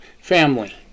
family